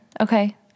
Okay